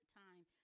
time